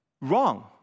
Wrong